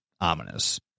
ominous